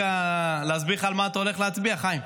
תן לי רגע להסביר על מה אתה הולך להצביע, חיים.